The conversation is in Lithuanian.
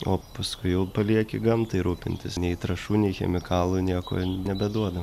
o paskui jau palieki gamtai rūpintis nei trąšų nei chemikalų nieko nebeduoda